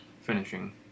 finishing